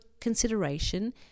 consideration